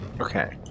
Okay